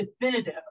definitive